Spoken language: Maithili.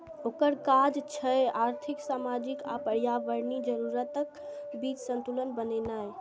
ओकर काज छै आर्थिक, सामाजिक आ पर्यावरणीय जरूरतक बीच संतुलन बनेनाय